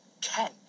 Ken